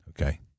Okay